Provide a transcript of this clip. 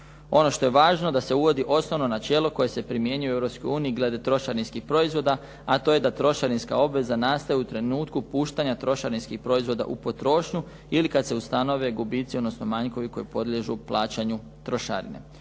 Ono što je važno je da se uvodi osnovno načelo koje se primjenjuje u Europskoj uniji glede trošarinskih proizvoda, a to je da trošarinska obveza nastaje u trenutku puštanja trošarinskih proizvoda u potrošnju ili kad se ustanove gubici odnosno manjkovi koji podliježu plaćanju trošarine.